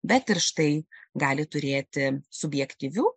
bet ir štai gali turėti subjektyvių